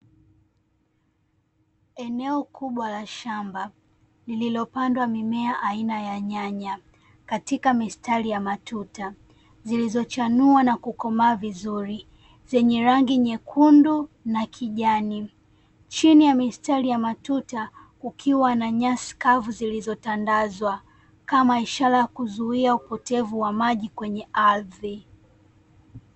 Eneo kubwa la shamba lililopandwa mimea aina ya nyanya, katika mistari ya matuta, zilizochanua na kukomaa vizuri zenye rangi nyekundu na kijani. Chini ya mistari ya matuta kukiwa na nyasi kavu zilizotandazwa, kama ishara ya kuzuia upotevu wa maji kwenye ardhi.